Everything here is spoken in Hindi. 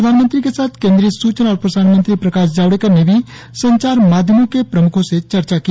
प्रधानमंत्री के साथ सूचना और प्रसारण मंत्री प्रकाश जावड़ेकर ने भी संचार माध्यमों के प्रमुखों से चर्चा की